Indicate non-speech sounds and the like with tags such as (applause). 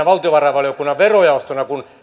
(unintelligible) valtiovarainvaliokunnan verojaoston jäsenenä kun